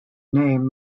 name